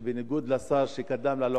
שבניגוד לשר שקדם לה,